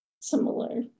similar